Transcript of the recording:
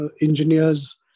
engineers